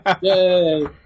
Yay